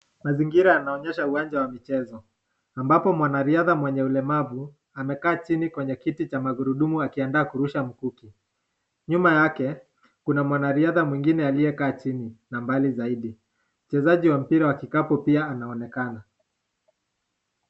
Mazingira yanaonyesha uwanja wa michezo ambapo mwanariadha mwenye ulemavu amekaa chini kwenye kiti cha magurudumu akiandaa kurusha mkuki. Nyuma yake kuna mwanariadha mwingine aliyekaa chini na mbali zaidi. Mchezaji wa mpira wa kikapu pia anaonekana.